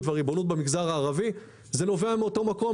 והריבונות במגזר הערבי נובע מאותו מקום,